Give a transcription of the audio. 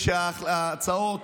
כשההצעות